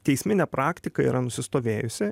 teisminė praktika yra nusistovėjusi